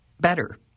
better